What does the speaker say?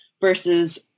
Versus